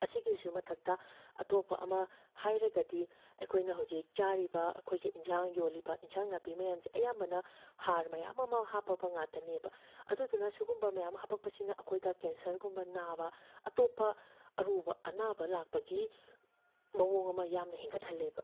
ꯑꯁꯤꯒꯤꯁꯨ ꯃꯊꯛꯇ ꯑꯇꯣꯞꯄ ꯑꯃ ꯍꯥꯏꯔꯒꯗꯤ ꯑꯩꯈꯣꯏꯅ ꯍꯧꯖꯤꯛ ꯆꯥꯔꯤꯕ ꯑꯩꯈꯣꯏꯒꯤ ꯏꯟꯁꯥꯡ ꯌꯣꯜꯂꯤꯕ ꯏꯟꯁꯥꯡ ꯅꯥꯄꯤ ꯃꯌꯥꯝꯁꯦ ꯑꯌꯥꯝꯕꯅ ꯍꯥꯔ ꯃꯌꯥꯝ ꯑꯃ ꯍꯥꯞꯄꯕ ꯉꯥꯛꯇꯅꯦꯕ ꯑꯗꯨꯗꯨꯅ ꯁꯤꯒꯨꯝꯕ ꯃꯌꯥꯝ ꯍꯥꯞꯄꯛꯄꯁꯤꯅ ꯑꯩꯈꯣꯏꯗ ꯀꯦꯟꯁꯔꯒꯨꯝꯕ ꯅꯥꯕ ꯑꯇꯣꯛꯞꯄ ꯑꯔꯨꯕ ꯑꯅꯥꯕ ꯂꯥꯛꯄꯒꯤ ꯃꯑꯣꯡ ꯑꯃ ꯌꯥꯝꯅ ꯍꯦꯟꯒꯠꯍꯜꯂꯦꯕ